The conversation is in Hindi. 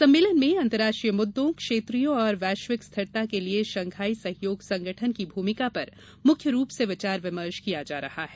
सम्मेलन में अंतर्राष्ट्रीय मुददों क्षेत्रीय और वैश्विक स्थिरता के लिए शंघाई सहयोग संगठन की भूमिका पर मुख्य रूप से विचार विमर्श किया जा रहा है